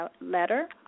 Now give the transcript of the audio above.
letter